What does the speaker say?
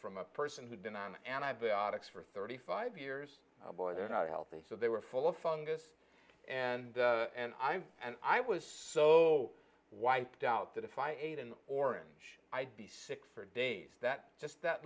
from a person who'd been on antibiotics for thirty five years they're not healthy so they were full of fungus and and i and i was so wiped out that if i ate an orange i'd be sick for days that just that